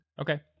Okay